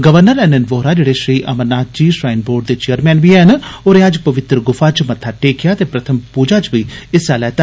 governor N N Vohra जेड़े Shri Amarnath ji shrine board दे chairman बी हैन होरें अज्ज पवित्र गुफा च मत्था टेकेआ ते प्रथम पूजा च बी हिस्सा लैता